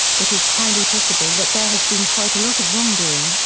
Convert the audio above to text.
it is highly possible that there has been quite a lot of wrongdoing,